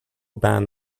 band